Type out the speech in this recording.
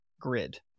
grid